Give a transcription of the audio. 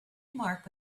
marked